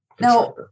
Now